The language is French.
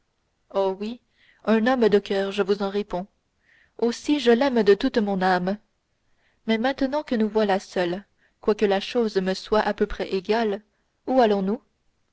oh oui un homme de coeur je vous en réponds aussi je l'aime de toute mon âme mais maintenant que nous voilà seuls quoique la chose me soit à peu près égale où allons-nous